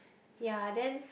ya then